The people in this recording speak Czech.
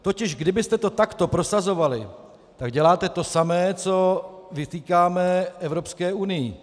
Totiž kdybyste to takto prosazovali, tak děláte to samé, co vytýkáme Evropské unii.